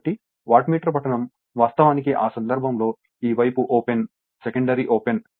కాబట్టి వాట్మీటర్ పఠనం వాస్తవానికి ఆ సందర్భంలో ఈ వైపు ఓపెన్ సెకండరీ ఓపెన్